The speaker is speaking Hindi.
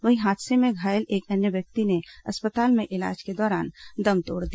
वहीं हादसे में घायल एक अन्य व्यक्ति ने अस्पताल में इलाज के दौरान दम तोड़ दिया